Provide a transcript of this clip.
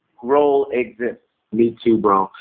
role exists. me too bro,